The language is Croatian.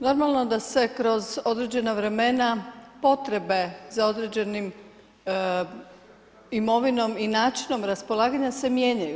Normalno da sve kroz određena vremena potrebe za određenom imovinom i načinom raspolaganja se mijenjaju.